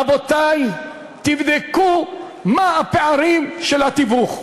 רבותי, תבדקו מה הפערים של התיווך.